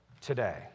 today